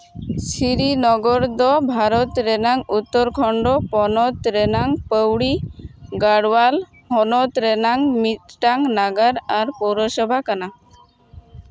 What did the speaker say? ᱥᱨᱤᱱᱚᱜᱚᱨ ᱫᱚ ᱵᱷᱟᱨᱚᱛ ᱨᱮᱱᱟᱜ ᱩᱛᱛᱚᱨ ᱠᱷᱚᱱᱰᱚ ᱯᱚᱱᱚᱛ ᱨᱮᱱᱟᱝ ᱯᱟᱹᱣᱲᱤ ᱜᱟᱲᱣᱟᱞ ᱦᱚᱱᱚᱛ ᱨᱮᱱᱟᱝ ᱢᱤᱫᱴᱟᱱ ᱱᱟᱜᱟᱨ ᱟᱨ ᱯᱳᱨᱚᱥᱚᱵᱷᱟ ᱠᱟᱱᱟ